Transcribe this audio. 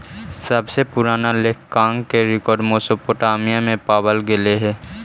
सबसे पूरान लेखांकन के रेकॉर्ड मेसोपोटामिया में पावल गेले हलइ